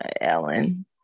ellen